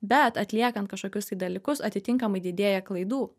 bet atliekant kažkokius tai dalykus atitinkamai didėja klaidų